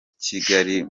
kigali